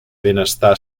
benestar